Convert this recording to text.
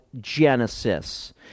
Genesis